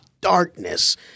darkness